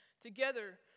Together